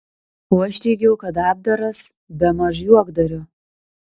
o aš teigiau kad apdaras bemaž juokdario